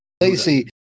Lacey